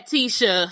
Tisha